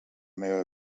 meva